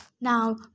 Now